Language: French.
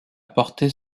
porter